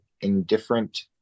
indifferent